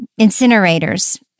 incinerators